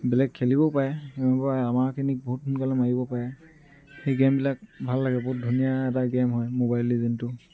বেলেগ খেলিবও পাৰে আমাৰখিনিক বহুত সোনকালে মাৰিব পাৰে সেই গেমবিলাক ভাল লাগে বহুত ধুনীয়া এটা গেম হয় মোবাইল লিজেণ্ডটো